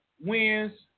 wins